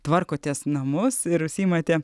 tvarkotės namus ir užsiimate